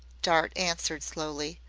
dart answered slowly.